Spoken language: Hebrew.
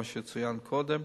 מה שצוין קודם,